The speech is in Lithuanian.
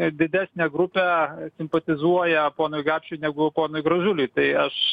didesnė grupė simpatizuoja ponui gapšiui negu ponui gražuliui tai aš